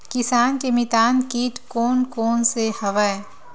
किसान के मितान कीट कोन कोन से हवय?